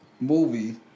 Movie